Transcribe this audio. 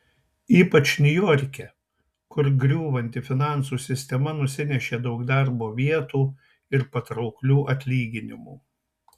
ypač niujorke kur griūvanti finansų sistema nusinešė daug darbo vietų ir patrauklių atlyginimų